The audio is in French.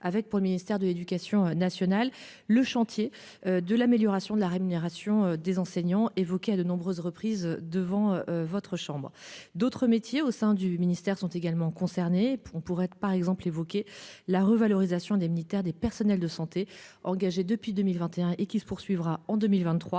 avec pour le ministère de l'Éducation nationale. Le chantier de l'amélioration de la rémunération des enseignants évoquée à de nombreuses reprises devant votre chambre d'autres métiers au sein du ministère sont également concernés. On pourrait être par exemple évoqué la revalorisation des militaires, des personnels de santé engagé depuis 2021 et qui se poursuivra en 2023.